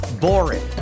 boring